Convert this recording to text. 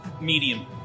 Medium